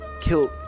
killed